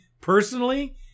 personally